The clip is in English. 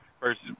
first